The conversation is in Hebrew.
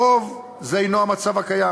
על-פי רוב, זה אינו המצב הקיים: